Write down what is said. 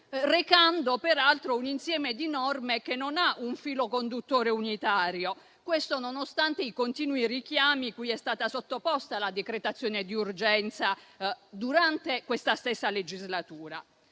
recando peraltro un insieme di norme che non ha un filo conduttore unitario. Questo nonostante i continui richiami cui è stata sottoposta la decretazione d'urgenza durante questa stessa legislatura.